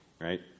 right